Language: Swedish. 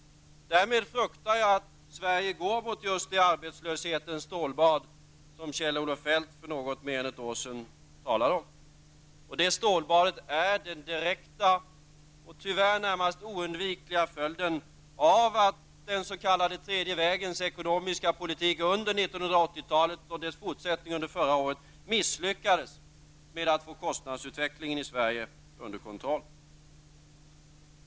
Därmed fruktar jag att Sverige går mot just det arbetslöshetens stålbad som Kjell-Olof Feldt för litet mer än en år sedan talade om. Det stålbadet är den direkta, och tyvärr närmast oundvikliga, följden av att den så kallade tredje vägens ekonomiska politik under 1980-talet och dess fortsättning under förra året misslyckades med att få kostnadsutvecklingen i Sverige under kontroll.